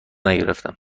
نگرفتم